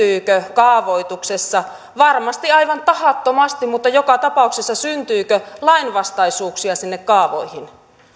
kaavoituksessa varmasti aivan tahattomasti mutta joka tapauksessa lainvastaisuuksia sinne kaavoihin